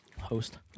host